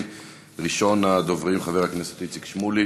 3506, 3515,